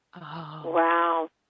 Wow